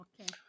okay